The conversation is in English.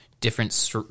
different